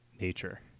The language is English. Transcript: nature